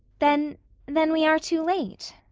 then then we are too late,